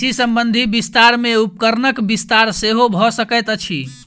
कृषि संबंधी विस्तार मे उपकरणक विस्तार सेहो भ सकैत अछि